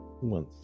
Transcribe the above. one